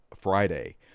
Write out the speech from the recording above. friday